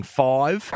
five